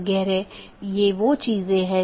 बल्कि कई चीजें हैं